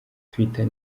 twitter